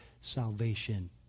salvation